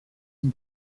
une